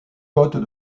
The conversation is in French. côtes